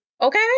Okay